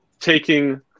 taking